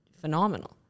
phenomenal